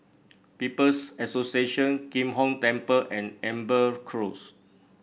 People's Association Kim Hong Temple and Amber Close